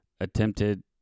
attempted